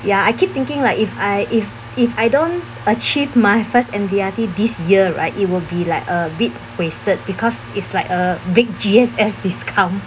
ya I keep thinking like if I if if I don't achieved my first M_D_R_T this year right it will be like a bit wasted because it's like a big G_S_S discount